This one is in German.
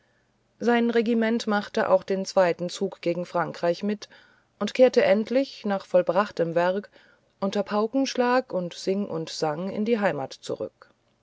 sein regiment machte auch den zweiten zug gegen frankreich mit und kehrte endlich nach vollbrachtem werk unter paukenschlag und sing und sang in die heimat zurück